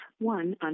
one